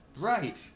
Right